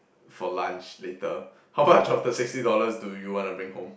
for lunch later how much of the sixty dollars do you want to bring home